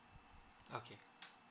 okay